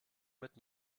mit